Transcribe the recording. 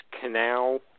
canal